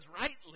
rightly